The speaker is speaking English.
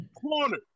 corner